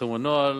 יפורסם הנוהל,